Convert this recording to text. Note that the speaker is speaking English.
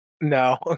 No